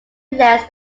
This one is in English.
less